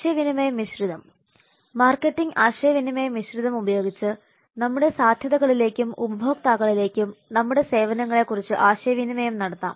ആശയവിനിമയ മിശ്രിതം മാർക്കറ്റിംഗ് ആശയവിനിമയ മിശ്രിതം ഉപയോഗിച്ച് നമ്മുടെ സാധ്യതകളിലേക്കും ഉപഭോക്താക്കളിലേക്കും നമ്മുടെ സേവനങ്ങളെക്കുറിച്ച് ആശയവിനിമയം നടത്താം